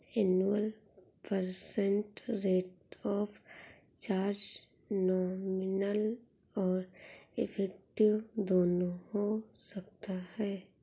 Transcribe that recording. annual percent rate of charge nominal और effective दोनों हो सकता है